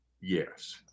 Yes